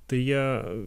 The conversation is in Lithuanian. tai jie